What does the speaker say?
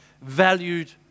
valued